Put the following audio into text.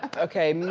ah okay,